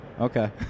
Okay